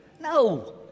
No